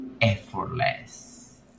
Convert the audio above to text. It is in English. effortless